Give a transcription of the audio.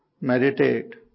meditate